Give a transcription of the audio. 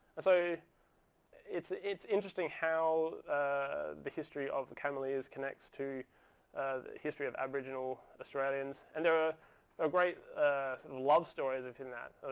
so it's it's interesting how ah the history of the cameleers connects to the history of aboriginal australians. and there is ah a great love story within that,